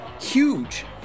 huge